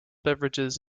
beverages